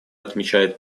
отмечает